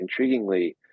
intriguingly